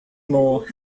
more